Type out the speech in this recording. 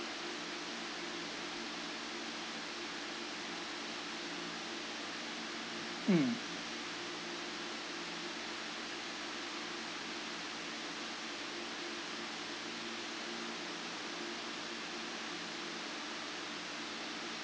mm